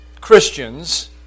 Christians